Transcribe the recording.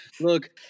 Look